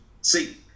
See